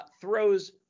throws